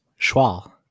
Schwal